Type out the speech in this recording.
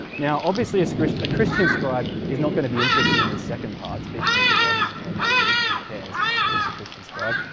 now obviously as a christian scribe is not going to be interested in this second part speaking with the gods as if men might hear, who cares thinks a christian scribe.